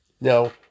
Now